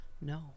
No